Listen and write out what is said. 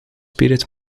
spirit